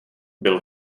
bylo